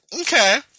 Okay